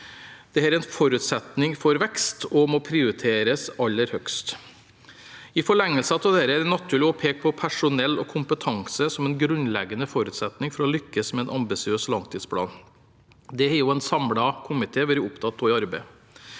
Dette er en forutsetning for vekst og må prioriteres aller høyest. I forlengelsen av dette er det naturlig å peke på personell og kompetanse som en grunnleggende forutsetning for å lykkes med en ambisiøs langtidsplan. Det har også en samlet komité vært opptatt av i arbeidet.